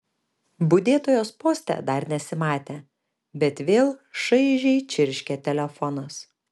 budėtojos poste dar nesimatė bet vėl šaižiai čirškė telefonas